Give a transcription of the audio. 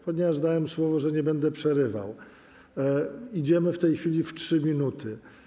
Ponieważ dałem słowo, że nie będę przerywał, idziemy w tej chwili w kierunku 3 minut.